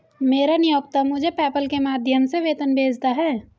मेरा नियोक्ता मुझे पेपैल के माध्यम से वेतन भेजता है